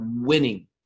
winning